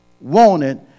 wanted